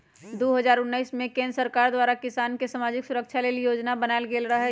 दू हज़ार उनइस में केंद्र सरकार द्वारा किसान के समाजिक सुरक्षा लेल जोजना बनाएल गेल रहई